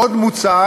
עוד מוצע